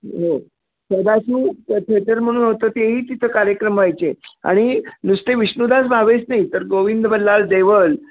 हो सदाशिव थेटर म्हणून होतं तेही तिथं कार्यक्रम व्हायचे आणि नुसते विष्णुदास भावेच नाही तर गोविंद बल्लाळ देवल